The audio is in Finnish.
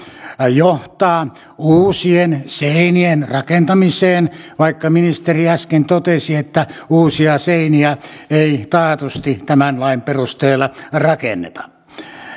johtaa uusien seinien rakentamiseen vaikka ministeri äsken totesi että uusia seiniä ei taatusti tämän lain perusteella rakenneta